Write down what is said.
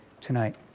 tonight